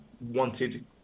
wanted